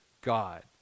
God